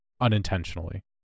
unintentionally